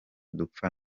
dupfa